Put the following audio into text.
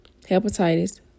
hepatitis